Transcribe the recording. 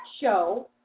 show